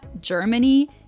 Germany